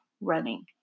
running